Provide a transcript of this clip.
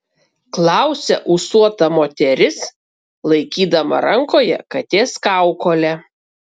klausia ūsuota moteris laikydama rankoje katės kaukolę